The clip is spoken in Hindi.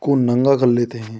को नंगा कर लेते हैं